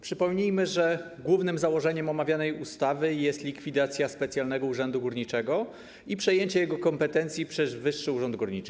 Przypomnijmy, że głównym założeniem omawianej ustawy jest likwidacja Specjalnego Urzędu Górniczego i przejęcie jego kompetencji przez Wyższy Urząd Górniczy.